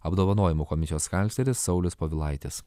apdovanojimų komisijos kancleris saulius povilaitis